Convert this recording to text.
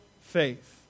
faith